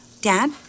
dad